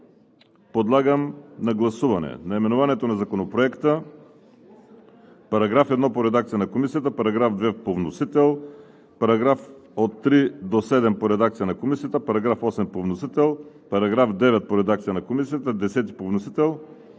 Подлагам на гласуване